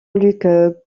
luc